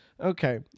Okay